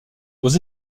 aux